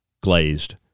glazed